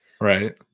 Right